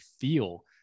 feel